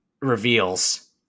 reveals